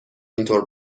اینطور